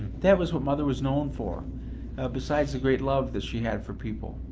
that was what mother was known for besides the great love that she had for people.